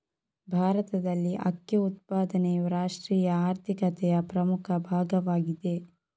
ಭಾರತದಲ್ಲಿ ಅಕ್ಕಿ ಉತ್ಪಾದನೆಯು ರಾಷ್ಟ್ರೀಯ ಆರ್ಥಿಕತೆಯ ಪ್ರಮುಖ ಭಾಗವಾಗಿದೆ